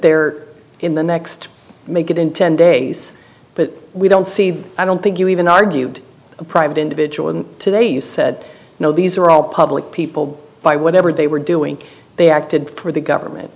they're in the next make it in ten days but we don't see i don't think you even argued a private individual today you said no these are all public people by whatever they were doing they acted for the government